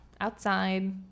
outside